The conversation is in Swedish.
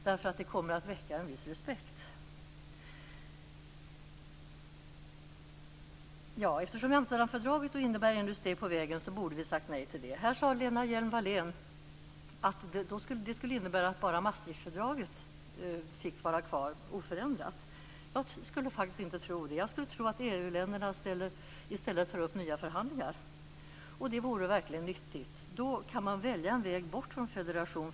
Det kommer nämligen att väcka en viss respekt. Eftersom Amsterdamfördraget innebär ännu ett steg på vägen borde vi ha sagt nej till det. Lena Hjelm-Wallén sade att det skulle innebära att bara Maastrichtfördraget fick vara kvar oförändrat. Jag tror faktiskt inte det. Jag skulle tro att EU-länderna i stället skulle ta upp nya förhandlingar, och det vore verkligen nyttigt. Då kan de länder som så önskar välja en väg bort från federation.